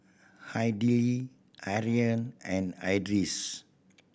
Aidil Aryan and Idris